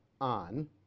on